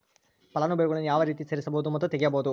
ಫಲಾನುಭವಿಗಳನ್ನು ಯಾವ ರೇತಿ ಸೇರಿಸಬಹುದು ಮತ್ತು ತೆಗೆಯಬಹುದು?